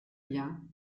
bien